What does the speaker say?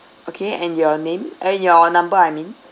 okay and your name and your number I mean